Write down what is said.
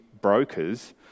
brokers